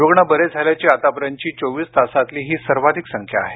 रुग्ण बरे झाल्याची आतापर्यंतची चोवीस तासातली हि सर्वाधिक संख्या आहे